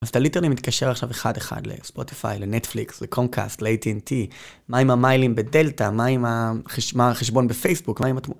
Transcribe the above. אז אתה ליטרלי מתקשר עכשיו אחד-אחד לספוטיפיי, לנטפליקס, לקונקאסט, לאי-טי-אנ-טי, מה עם המיילים בדלתא, מה עם החשבון בפייסבוק, מה עם...